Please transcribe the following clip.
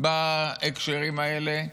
בהקשרים האלה.